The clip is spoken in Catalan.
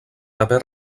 haver